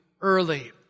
early